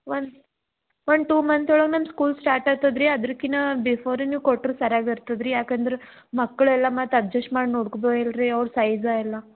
one one two month ಒಳ್ಗೆ ನಮ್ಮ school start ಆಗ್ತದೆ ರೀ ಅದ್ರುಕಿನಾ ಬಿಫೋರೆ ನೀವು ಕೊಟ್ರೆ ಸರಿಯಾಗ್ ಇರ್ತದೆ ರೀ ಯಾಕಂದ್ರೆ ಮಕ್ಳು ಎಲ್ಲ ಮತ್ತು ಅಜ್ಜಸ್ಟ್ ಮಾಡಿ ನೋಡ್ಕೊಬೇಕ್ ಇಲ್ರಿ ಅವ್ರು ಸೈಜ್ ಎಲ್ಲ